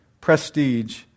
prestige